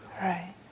Right